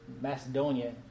Macedonia